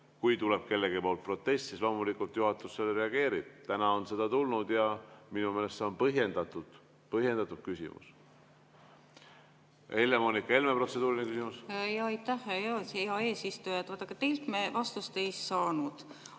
Kui tuleb kellegi poolt protest, siis loomulikult juhatus sellele reageerib. Täna on see tulnud ja minu meelest see on põhjendatud küsimus. Helle‑Moonika Helme, protseduuriline küsimus. Aitäh, hea eesistuja! Vaadake, teilt me vastust ei saanud.